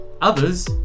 others